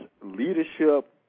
leadership